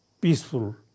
peaceful